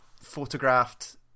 photographed